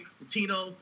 Latino